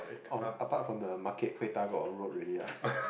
oh apart from the market Hui-Da got a road already lah